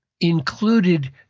included